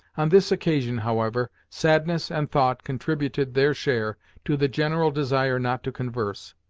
on this occasion, however, sadness and thought contributed their share to the general desire not to converse,